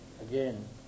again